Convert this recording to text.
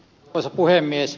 arvoisa puhemies